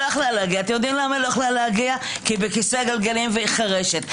יכלה להגיע כי היא בכיסא גלגלים והיא חירשת.